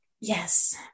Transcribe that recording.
yes